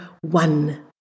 one